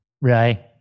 Right